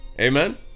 Amen